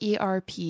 ERP